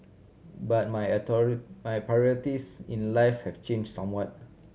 but my my priorities in life have changed somewhat